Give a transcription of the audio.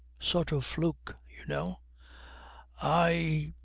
sort of fluke, you know i